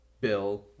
Bill